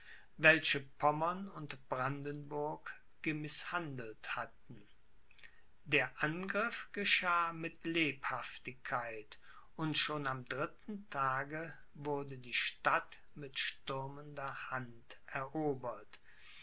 welche pommern und brandenburg gemißhandelt hatten der angriff geschah mit lebhaftigkeit und schon am dritten tage wurde die stadt mit stürmender hand erobert